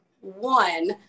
one